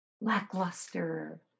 lackluster